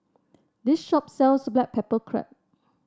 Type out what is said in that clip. this shop sells Black Pepper Crab